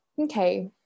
Okay